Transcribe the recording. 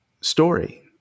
story